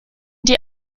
die